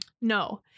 No